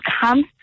come